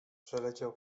przeleciał